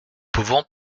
pouvons